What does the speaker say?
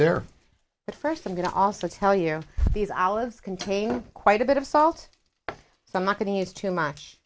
there but first i'm going to also tell you these alice contain quite a bit of salt so i'm not going to use too much